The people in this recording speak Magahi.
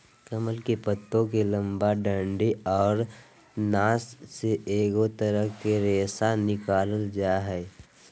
कमल के पत्तो के लंबा डंडि औरो नस से एगो तरह के रेशा निकालल जा हइ